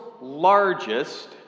largest